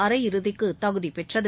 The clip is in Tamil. அரை இறுதிக்கு தகுதிபெற்றது